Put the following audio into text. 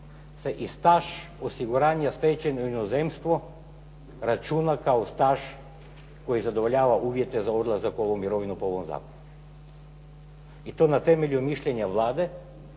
se staž osiguranja stečenih u inozemstvu računa kao staž koji zadovoljava uvjete za odlazak u mirovinu po ovom zakonu. I to na temelju mišljenja Vlade